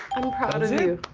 i'm proud of you.